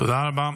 תודה רבה.